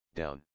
down